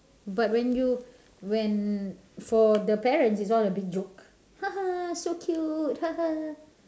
but when you when for the parents it's all a big joke haha so cute haha